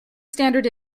standard